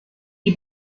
die